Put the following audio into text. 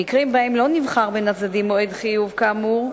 במקרים שבהם לא נבחר בין הצדדים מועד חיוב כאמור,